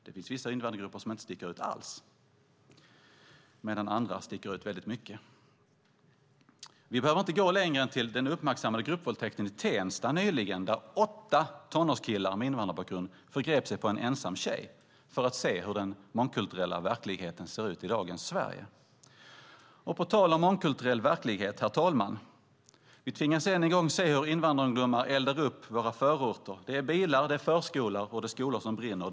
Det finns vissa invandrargrupper som inte sticker ut alls, medan andra sticker ut väldigt mycket. Vi behöver inte gå längre än till den uppmärksammade gruppvåldtäkten i Tensta nyligen, där åtta tonårskillar med invandrarbakgrund förgrep sig på en ensam tjej, för att se hur den mångkulturella verkligheten ser ut i dagens Sverige. På tal om mångkulturell verklighet, herr talman, tvingas vi än en gång se hur invandrarungdomar eldar upp våra förorter. Det är bilar, förskolor och skolor som brinner.